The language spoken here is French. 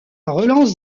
relance